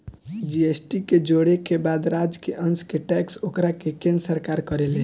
GST के जोड़े के बाद राज्य के अंस के टैक्स ओकरा के केन्द्र सरकार करेले